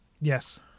yes